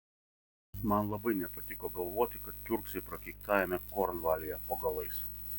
man labai nepatiko galvoti kad kiurksai prakeiktajame kornvalyje po galais